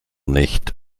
nicht